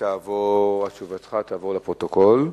שתעבור לפרוטוקול.